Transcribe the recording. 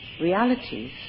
realities